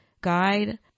guide